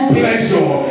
pleasure